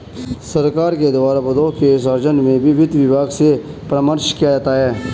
सरकार के द्वारा पदों के सृजन में भी वित्त विभाग से परामर्श किया जाता है